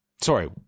Sorry